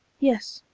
yes,